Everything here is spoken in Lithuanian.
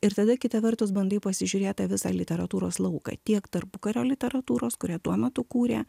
ir tada kita vertus bandai pasižiūrėt tą visą literatūros lauką tiek tarpukario literatūros kurią tuo metu kūrė